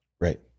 Right